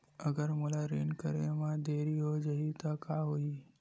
अगर मोला ऋण करे म देरी हो जाहि त का होही?